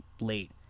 late